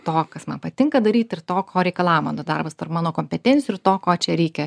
to kas man patinka daryt ir to ko reikalauja mano darbas mano kompetencijų ir to ko čia reikia